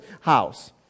house